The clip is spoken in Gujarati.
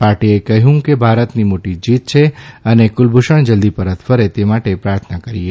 પાર્ટીએ કહ્યું કે ભારતની મોટી જીત છે અને કુલભુષણ જલ્દી પરત ફરે તે માટે પ્રાર્થના કરીએ છે